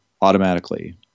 automatically